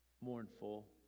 mournful